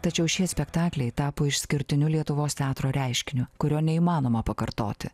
tačiau šie spektakliai tapo išskirtiniu lietuvos teatro reiškiniu kurio neįmanoma pakartoti